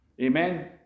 Amen